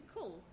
Cool